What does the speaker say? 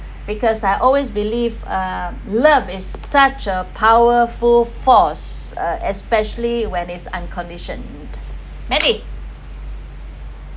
because I always believe uh love is such a powerful force uh especially when it’s unconditioned mandy